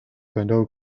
cadeau